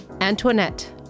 Antoinette